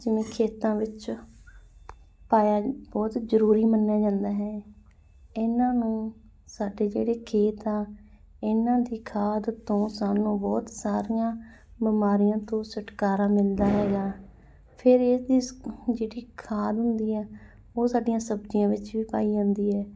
ਜਿਵੇਂ ਖੇਤਾਂ ਵਿੱਚ ਪਾਇਆ ਬਹੁਤ ਜ਼ਰੂਰੀ ਮੰਨਿਆ ਜਾਂਦਾ ਹੈ ਇਹਨਾਂ ਨੂੰ ਸਾਡੇ ਜਿਹੜੇ ਖੇਤ ਆ ਇਹਨਾਂ ਦੀ ਖਾਦ ਤੋਂ ਸਾਨੂੰ ਬਹੁਤ ਸਾਰੀਆਂ ਬਿਮਾਰੀਆਂ ਤੋਂ ਛੁਟਕਾਰਾ ਮਿਲਦਾ ਹੈਗਾ ਫਿਰ ਇਹਦੀ ਸ ਜਿਹੜੀ ਖਾਦ ਹੁੰਦੀ ਆ ਉਹ ਸਾਡੀਆਂ ਸਬਜ਼ੀਆਂ ਵਿੱਚ ਵੀ ਪਾਈ ਜਾਂਦੀ ਹੈ